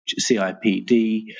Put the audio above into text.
CIPD